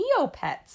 neopets